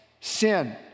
sin